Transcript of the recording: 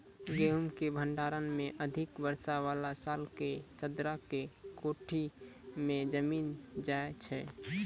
गेहूँ के भंडारण मे अधिक वर्षा वाला साल मे चदरा के कोठी मे जमीन जाय छैय?